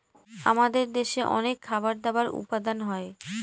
আমাদের দেশে অনেক খাবার দাবার উপাদান হয়